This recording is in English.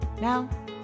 Now